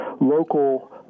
local